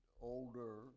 older